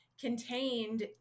contained